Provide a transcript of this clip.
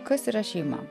kas yra šeima